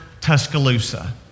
Tuscaloosa